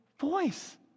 voice